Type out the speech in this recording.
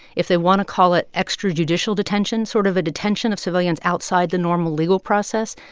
if they want to call it extrajudicial detention, sort of a detention of civilians outside the normal legal process,